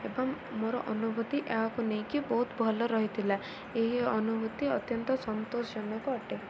ଏବଂ ମୋର ଅନୁଭୂତି ଏହାକୁ ନେଇକି ବହୁତ ଭଲ ରହିଥିଲା ଏହି ଅନୁଭୂତି ଅତ୍ୟନ୍ତ ସନ୍ତୋଷଜନକ ଅଟେ